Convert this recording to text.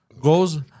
Goes